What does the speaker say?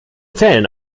zählen